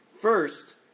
First